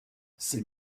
ces